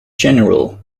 general